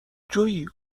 جویی